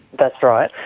that's right.